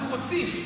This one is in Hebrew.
אנחנו רוצים,